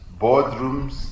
boardrooms